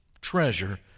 treasure